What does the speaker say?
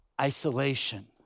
isolation